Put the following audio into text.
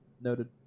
Noted